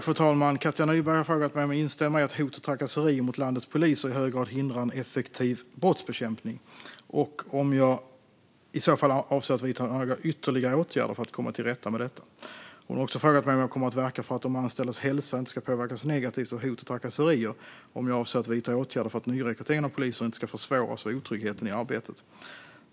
Fru talman! Katja Nyberg har frågat mig om jag instämmer i att hot och trakasserier mot landets poliser i hög grad hindrar en effektiv brottsbekämpning och om jag i så fall avser att vidta några ytterligare åtgärder för att komma till rätta med detta. Hon har också frågat mig om jag kommer att verka för att de anställdas hälsa inte ska påverkas negativt av hot och trakasserier och om jag avser att vidta åtgärder för att nyrekryteringen av poliser inte ska försvåras av otryggheten i arbetet.